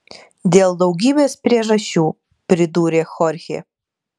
dėl daugybės priežasčių pridūrė chorchė